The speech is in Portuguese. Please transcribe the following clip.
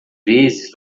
vezes